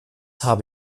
habe